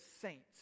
saints